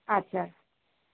ᱟᱪᱪᱷᱟ